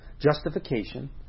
justification